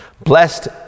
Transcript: Blessed